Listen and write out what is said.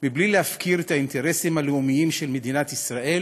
מבלי להפקיר את האינטרסים הלאומיים של מדינת ישראל